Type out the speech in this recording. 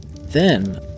Then